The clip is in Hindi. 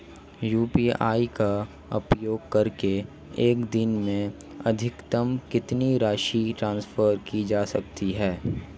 यू.पी.आई का उपयोग करके एक दिन में अधिकतम कितनी राशि ट्रांसफर की जा सकती है?